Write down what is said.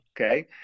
Okay